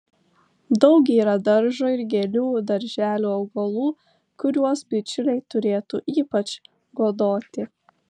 daug yra daržo ir gėlių darželių augalų kuriuos bičiuliai turėtų ypač godoti